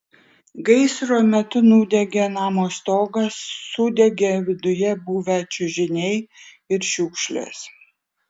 gaisro metu nudegė namo stogas sudegė viduje buvę čiužiniai ir šiukšlės